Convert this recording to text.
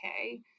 okay